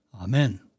Amen